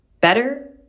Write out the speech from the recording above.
Better